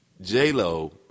J-Lo